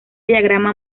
diagrama